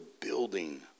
building